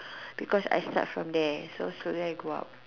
because I start from there then slowly I go up